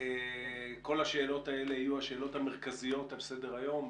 כל השאלות האלה יהיו השאלות המרכזיות על סדר-היום,